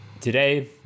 today